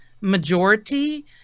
majority